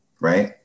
right